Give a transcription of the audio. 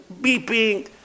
beeping